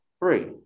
Three